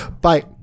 Bye